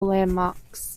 landmarks